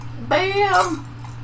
Bam